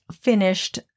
finished